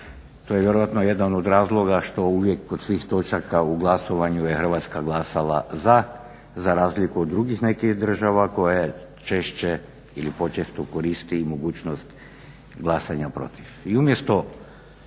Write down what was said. To je vjerojatno jedan od razloga što uvijek kod svih točaka u glasovanju je Hrvatska glasala za, za razliku od drugih nekih država koje češće ili počesto koriste mogućnost glasanja protiv.